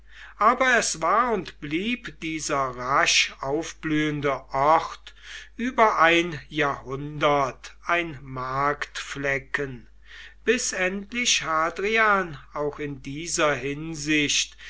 aber es war und blieb dieser rasch aufblühende ort über ein jahrhundert ein marktflecken bis endlich hadrian auch in dieser hinsicht